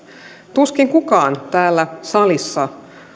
tuskin kukaan täällä salissa